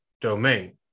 domain